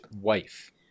wife